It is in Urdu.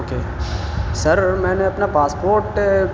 اوکے سر میں نے اپنا پاسپورٹ